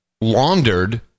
laundered